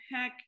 heck